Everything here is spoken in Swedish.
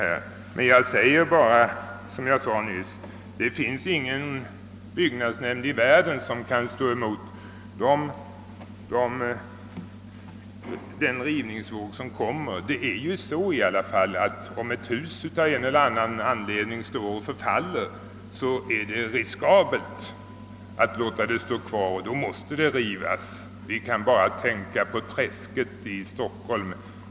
Jag vill bara understryka vad jag nyss sade, nämligen att ingen byggnadsnämnd i världen kan stå emot den rivningsvåg som kommer. Om ett hus av en eller annan anledning förfaller, är det riskabelt att låta det stå kvar, och då måste det rivas. Vi behöver bara tänka på allsköns elände som förekommit i Träsket här i Stockholm.